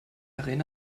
arena